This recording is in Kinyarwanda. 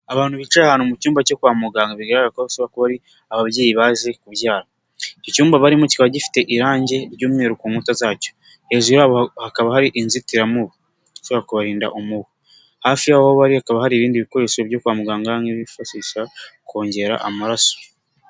Abantu bicaye ahantu mu cyumba cyo kwa muganga bigaragara ko bashobora kuba ari ababyeyi baje kubyara, icyo cyumba barimo kikaba gifite irangi ry'umweru ku nkuta zacyo, hejuru yabo hakaba hari inzitiramubu, zishobora kubarinda umubu, hafi y'aho bari hakaba hari ibindi bikoresho byo kwa muganga nk'ibyifashishwa kongera amaraso.